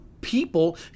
people